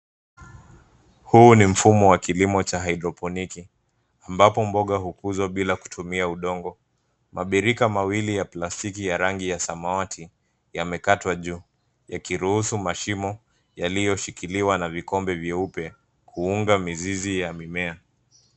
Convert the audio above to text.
Huu ni mfumo wa kilimo cha haidroponiki, ambapo mboga hukuzwa bila kutumia udongo. Mabirika mawili ya plastiki ya rangi ya samawati, yamekatwa juu yakiruhusu mashimo yaliyoshikiliwa na vikombe vyeupe kuunga mizizi ya mimea.